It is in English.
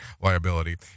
liability